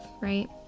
right